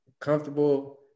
comfortable